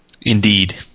Indeed